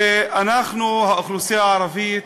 ואנחנו, האוכלוסייה הערבית,